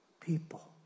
people